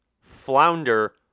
flounder